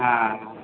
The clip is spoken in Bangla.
হ্যাঁ